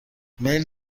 میل